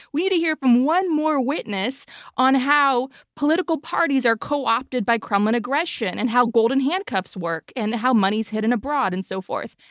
we need to hear from one more witness on how political parties are co-opted by kremlin aggression and how golden handcuffs work and how money's hidden abroad and so forth.